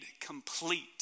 complete